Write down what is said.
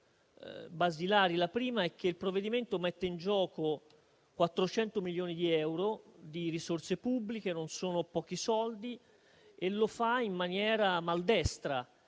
La prima è che il provvedimento mette in gioco 400 milioni di euro di risorse pubbliche, che non sono pochi soldi, facendolo in maniera maldestra,